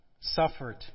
suffered